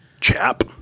chap